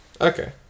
Okay